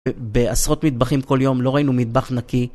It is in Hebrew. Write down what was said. בעשרות מטבחים כל יום לא ראינו מטבח נקי